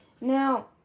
Now